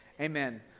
Amen